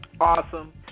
awesome